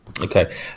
Okay